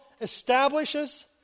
establishes